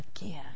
again